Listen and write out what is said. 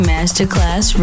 Masterclass